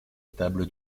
table